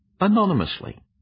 anonymously